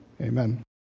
amen